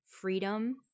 freedom